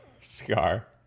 Scar